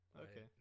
Okay